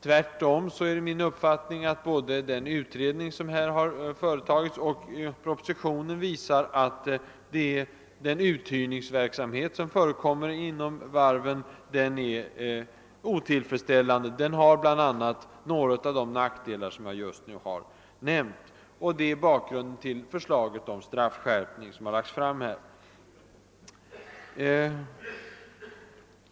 Tvärtom är det min uppfattning att både den utredning, som här har företagits, och propositionen visar att den uthyrningsverksamhet som förekommer vid varven är otillfredsställande. Den har bl.a. några av de nackdelar som jag just nu har nämnt, och det är bakgrunden till det förslag om straffskärpning som har lagts fram.